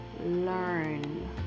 learn